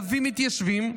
להביא מתיישבים,